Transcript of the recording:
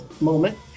moment